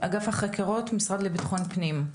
אגף החקירות המשרד לביטחון פנים.